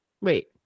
wait